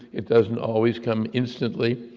it doesn't always come instantly,